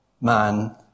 man